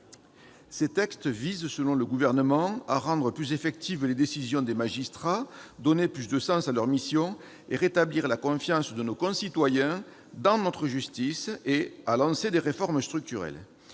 Ces textes visent, selon le Gouvernement, à « rendre plus effectives les décisions des magistrats, donner plus de sens à leurs missions et rétablir la confiance de nos concitoyens dans notre justice ». Ils ont également pour